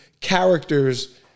characters